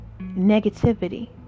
negativity